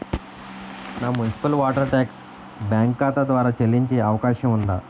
నా municipal water tax bank ఖాతా ద్వారా చెల్లించే అవకాశం ఉందా?